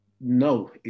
No